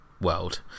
world